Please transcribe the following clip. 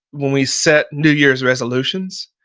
when we set new year's resolutions,